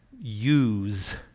use